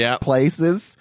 places